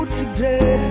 today